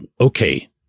okay